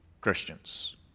Christians